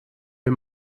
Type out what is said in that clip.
wir